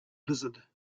blizzard